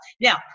now